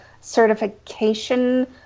certification